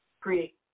create